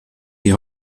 die